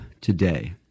today